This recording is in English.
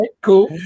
cool